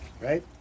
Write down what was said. right